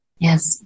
Yes